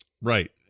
Right